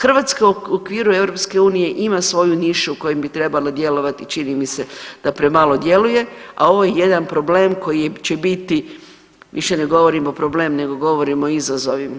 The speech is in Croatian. Hrvatska u okviru EU ima svoju nišu u kojem bi trebala djelovati, čini mi se da premalo djeluje a ovo je jedan problem koji će biti više ne govorimo problem, nego govorimo o izazovima.